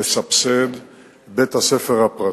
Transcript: לסבסד את בית-הספר הפרטי.